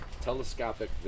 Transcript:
telescopic